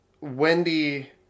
Wendy